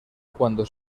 cuando